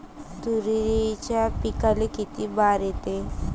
तुरीच्या पिकाले किती बार येते?